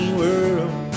world